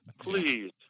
Please